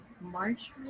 March